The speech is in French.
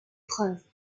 preuves